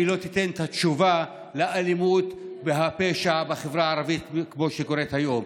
היא לא תיתן את התשובה על האלימות והפשע בחברה הערבית כמו שקורה היום.